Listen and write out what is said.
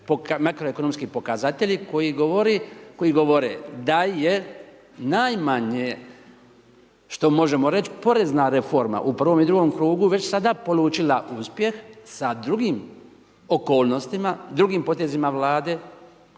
makroekonomski pokazatelji koji govore da je najmanje što možemo reći porezna reforma u prvom i drugom krugu već sada polučila uspjeh sa drugim okolnostima, drugim potezima vlade,